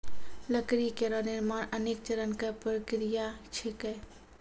लकड़ी केरो निर्माण अनेक चरण क प्रक्रिया छिकै